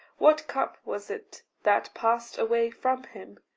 what cup was it that passed away from him?